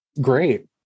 Great